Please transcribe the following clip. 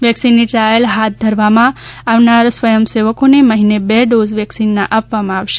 વેક્સિનની trial હાથ ધરવામાં આવનાર સ્વયંસેવકોને મહિને ર ડોઝ વેક્સિનના આપવામાં આવશે